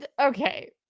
Okay